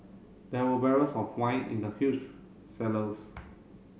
there were barrels of wine in the huge cellars